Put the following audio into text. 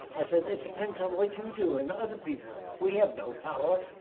i said it depends on what you do and other people. we have no power.